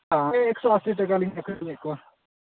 ᱮᱠᱥᱚ ᱟᱹᱥᱤ ᱴᱟᱠᱟᱞᱤᱧ ᱟᱹᱠᱷᱨᱤᱧᱮᱫ ᱠᱚᱣᱟ